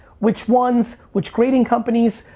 which ones, which grading companies,